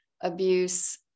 abuse